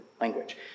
language